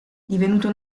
divenuto